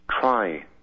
try